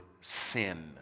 sin